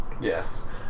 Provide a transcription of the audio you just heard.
Yes